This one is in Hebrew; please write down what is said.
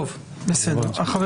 בסדר.